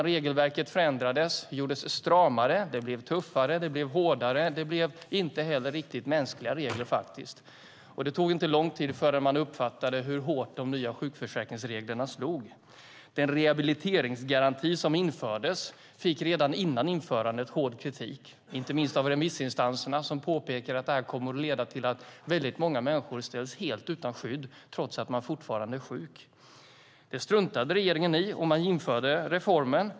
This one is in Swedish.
Regelverket förändrades. Det gjordes stramare. Det blev tuffare. Det blev hårdare. Det blev faktiskt inte heller riktigt mänskliga regler. Det tog inte lång tid förrän man uppfattade hur hårt de nya sjukförsäkringsreglerna slog. Den rehabiliteringsgaranti som infördes fick redan innan införandet hård kritik, inte minst av remissinstanserna som påpekade att det här kommer att leda till att väldigt många människor ställs helt utan skydd trots att de fortfarande är sjuka. Det struntade regeringen i och införde reformen.